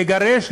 לגרש,